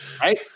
Right